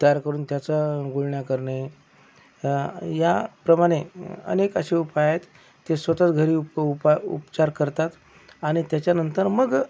तयार करून त्याचं गुळण्या करणे ह्याप्रमाणे अनेक असे उपाय आहेत ते स्वत च घरी उप उपाय उपचार करतात आणि त्याच्यानंतर मग